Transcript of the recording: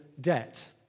debt